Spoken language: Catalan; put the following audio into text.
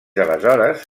aleshores